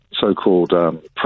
so-called